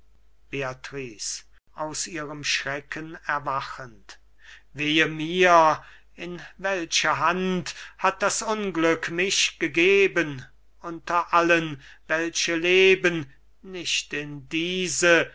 aus ihrem schrecken erwachend wehe mir in welche hand hat das unglück mich gegeben unter allen welche leben nicht in diese